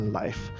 life